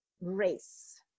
race